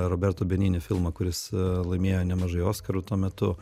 roberto benini filmą kuris laimėjo nemažai oskarų tuo metu